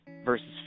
versus